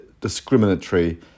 discriminatory